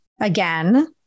again